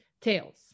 Tails